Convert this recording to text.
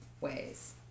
ways